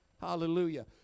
Hallelujah